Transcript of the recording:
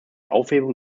aufhebung